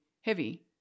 heavy